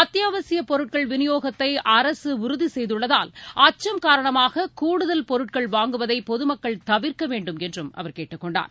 அத்தியாவசியப் பொருட்கள் விநியோகத்தை அரசு உறுதி செய்துள்ளதால் அச்சம் காரணமாக கூடுதல் பொருட்கள் வாங்குவதை பொதுமக்கள் தவிர்க்க வேண்டும் என்றும் அவர் கேட்டுக் கொண்டார்